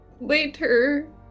later